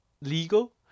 legal